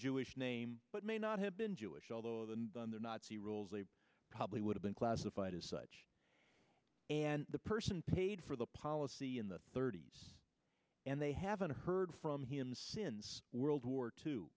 jewish name but may not have been jewish although the nazi rules they probably would have been classified as such and the person paid for the policy in the thirty's and they haven't heard from him since world war two